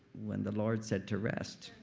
when the lord said to rest,